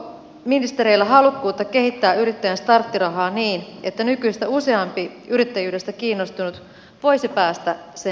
onko ministereillä halukkuutta kehittää yrittäjän starttirahaa niin että nykyistä useampi yrittäjyydestä kiinnostunut voisi päästä sen piiriin